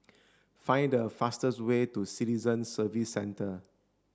find the fastest way to Citizen Services Centre